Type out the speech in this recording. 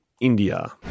India